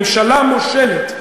ממשלה מושלת,